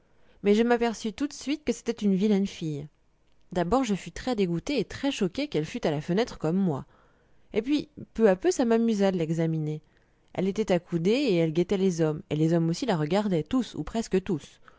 mais je m'aperçus tout de suite que c'était une vilaine fille d'abord je fus très dégoûtée et très choquée qu'elle fût à la fenêtre comme moi et puis peu à peu ça m'amusa de l'examiner elle était accoudée et elle guettait les hommes et les hommes aussi la regardaient tous ou presque tous